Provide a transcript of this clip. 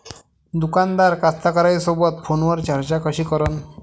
दुकानदार कास्तकाराइसोबत फोनवर चर्चा कशी करन?